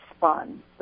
fun